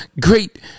Great